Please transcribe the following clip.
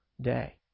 day